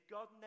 God